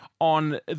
on